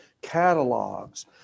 catalogs